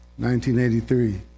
1983